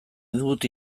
dut